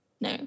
no